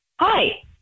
Hi